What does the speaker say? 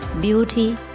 beauty